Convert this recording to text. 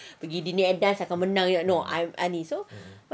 pergi dinner and dance akan menang I ni no so